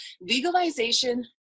legalization